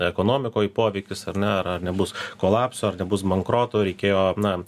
ekonomikoj poveikis ar ne ar ar nebus kolapso ar nebus bankroto reikėjo na